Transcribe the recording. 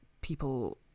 people